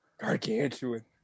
Gargantuan